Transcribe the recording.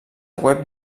web